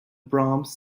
brahms